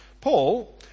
Paul